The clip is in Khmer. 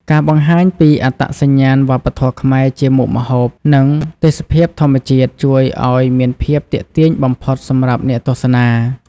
ការបង្ហាញពីអត្តសញ្ញាណវប្បធម៌ខ្មែរជាមុខម្ហូប និងទេសភាពធម្មជាតិជួយឲ្យមានភាពទាក់ទាញបំផុតសម្រាប់អ្នកទស្សនា។